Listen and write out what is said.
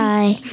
Bye